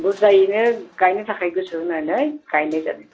बुरजायैनो गायनो थाखाय गोसो होनानै गायनाय जादों